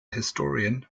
historian